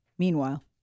Meanwhile